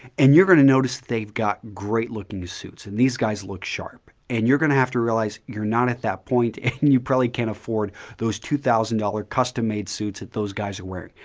and you're going to notice they've got great-looking suits and these guys look sharp. and you're going to have to realize you're not at that point and you probably can't afford those two thousand dollars custom-made suits that those guys are wearing.